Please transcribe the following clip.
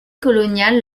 coloniales